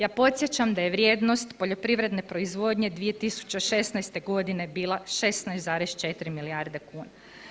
Ja podsjećam da je vrijednost poljoprivredne proizvodnje 2016. g. bila 16,4 milijarde kuna.